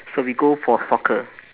so we go for soccer